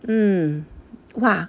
mm !wah!